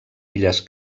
illes